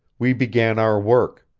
we began our work.